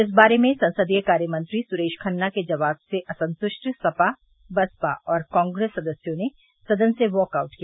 इस बारे में संसदीय कार्य मंत्री सुरेश खन्ना के जवाब से असंतुष्ट सपा बसपा और कांप्रेस सदस्यों ने सदन से वॉक आउट किया